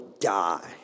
die